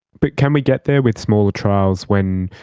but can we get there with smaller trials when,